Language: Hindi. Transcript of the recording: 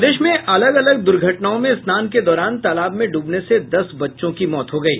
प्रदेश में अलग अलग द्र्घटनाओं में स्नान के दौरान तालाब में ड्रबने से दस बच्चों की मौत हो गयी